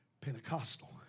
Pentecostal